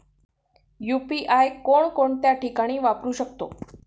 UPI कोणकोणत्या ठिकाणी वापरू शकतो?